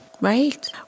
Right